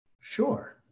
Sure